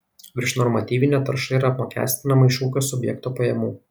viršnormatyvinė tarša yra apmokestinama iš ūkio subjekto pajamų